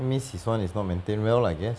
means his [one] is not maintain well I guess